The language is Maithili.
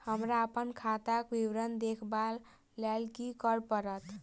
हमरा अप्पन खाताक विवरण देखबा लेल की करऽ पड़त?